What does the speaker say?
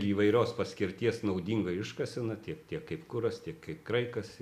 įvairios paskirties naudinga iškasena tiek tiek kaip kuras tiek kai kraikas